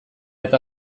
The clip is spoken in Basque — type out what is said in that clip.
eta